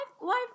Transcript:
life